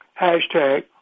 hashtag